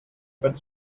pet